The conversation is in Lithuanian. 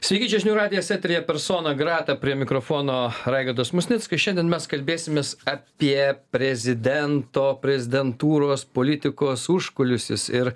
sveiki čia žinių radijas eteryje persona grata prie mikrofono raigardas musnickas šiandien mes kalbėsimės apie prezidento prezidentūros politikos užkulisius ir